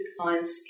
clients